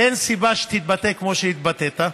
ואין סיבה שתתבטא כמו שהתבטאת.